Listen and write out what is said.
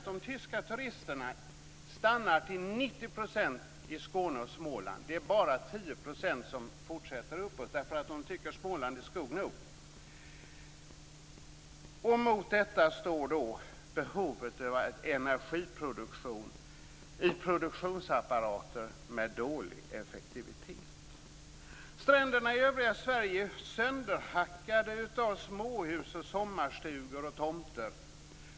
De tyska turisterna stannar till 90 % i Skåne och Småland. Bara 10 % av de tyska turisterna fortsätter uppåt landet därför att de tycker att Småland är skog nog. Mot detta står behovet av energiproduktion i produktionsapparater med dålig effektivitet. Stränderna i övriga Sverige är sönderhackade av småhus, sommarstugor och tomter.